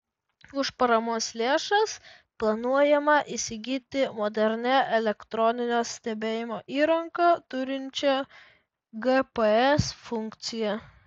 už paramos lėšas planuojama įsigyti modernią elektroninio stebėjimo įrangą turinčią gps funkciją